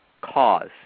cause